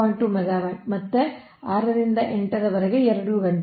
2 megawatt ಮತ್ತು 6 ರಿಂದ 8 ರವರೆಗೆ 2 ಗಂಟೆಗಳು